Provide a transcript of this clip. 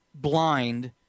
blind